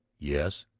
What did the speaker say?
yes.